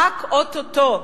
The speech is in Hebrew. רק או-טו-טו,